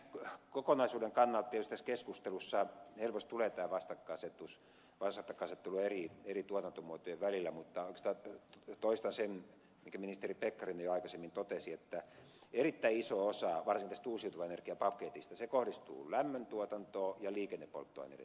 tämän kokonaisuuden kannalta tietysti tässä keskustelussa helposti tulee tämä vastakkainasettelu eri tuotantomuotojen välillä mutta oikeastaan toistan sen minkä ministeri pekkarinen jo aikaisemmin totesi että erittäin iso osa varsinkin tästä uusiutuvan energian paketista kohdistuu lämmöntuotantoon ja liikennepolttoaineiden tuotantoon